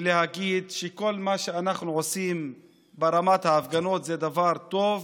ולהגיד שכל מה שאנחנו עושים ברמת ההפגנות זה דבר טוב